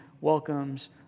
welcomes